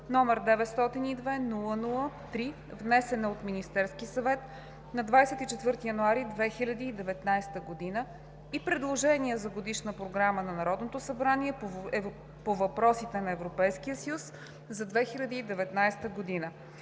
г., № 902-00-3, внесена от Министерския съвет на 24 януари 2019 г., и предложения за Годишна програма на Народното събрание по въпросите на Европейския съюз за 2019 г.